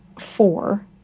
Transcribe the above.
four